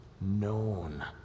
known